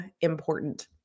important